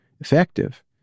effective